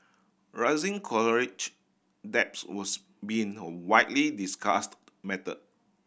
rising debts was been a widely discussed matter